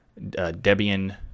Debian